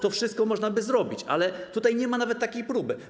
To wszystko można by zrobić, ale tutaj nie ma nawet takiej próby.